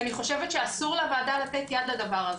ואני חושבת שאסור לוועדה לתת יד לדבר הזה.